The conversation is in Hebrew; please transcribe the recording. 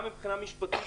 גם מבחינה משפטית,